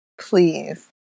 please